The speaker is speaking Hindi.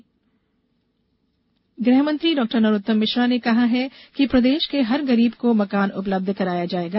आवास गहमंत्री डाक्टर नरोत्तम मिश्रा ने कहा है कि प्रदेश के हर गरीब को मकान उपलब्ध कराया जाएगा